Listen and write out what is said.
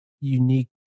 unique